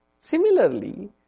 Similarly